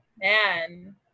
man